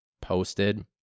posted